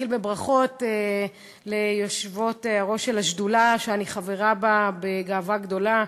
בברכות ליושבות-ראש של השדולה שאני חברה בה בגאווה גדולה,